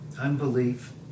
unbelief